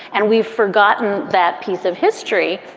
and we've forgotten that piece of history.